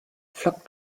flockt